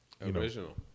Original